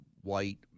white